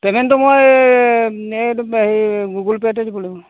পে'মেণ্টটো মই এইটো হেৰি গুগুল পে'তে দিব লাগিব